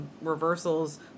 reversals